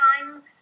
time